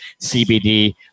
CBD